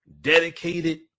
dedicated